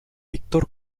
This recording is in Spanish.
víctor